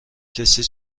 کسی